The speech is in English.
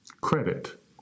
credit